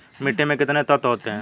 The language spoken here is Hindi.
मिट्टी में कितने तत्व होते हैं?